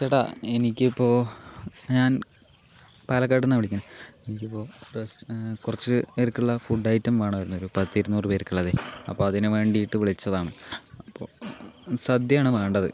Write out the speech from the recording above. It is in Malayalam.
ചേട്ടാ എനിക്കിപ്പോൾ ഞാൻ പാലക്കാട്ടുനിന്നാണ് വിളിക്കുന്നത് എനിക്കിപ്പോൾ കുറച്ച് പേർക്കുള്ള ഫുഡ് ഐറ്റം വേണമായിരുന്നു ഒരു പത്ത് ഇരുന്നൂറ് പേർക്കുള്ളത് അപ്പോൾ അതിന് വേണ്ടീട്ട് വിളിച്ചതാണ് അപ്പോൾ സദ്യ ആണ് വേണ്ടത്